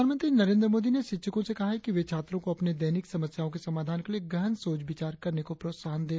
प्रधानमंत्री नरेंद्र मोदी ने शिक्षकों से कहा है कि वे छात्रों को अपनी दैनिक समस्याओं के समाधान के लिए गहन सोच विचार करने को प्रोत्साहन दें